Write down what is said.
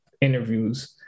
interviews